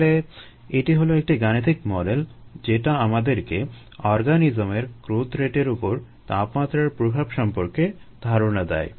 তাহলে এটি হলো একটি গাণিতিক মডেল যেটা আমাদেরকে অর্গানিজমের গ্রোথ রেটের উপর তাপমাত্রার প্রভাব সম্পর্কে ধারণা দেয়